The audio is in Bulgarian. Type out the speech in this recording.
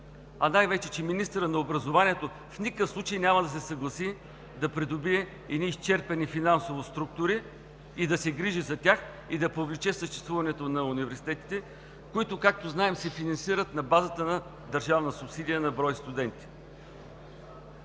Най вече министърът на образованието в никакъв случай няма да се съгласи да придобие едни финансово изчерпани структури, да се грижи за тях и да повлече съществуването на университетите, които, както знаем, се финансират на базата на държавна субсидия на брой студенти.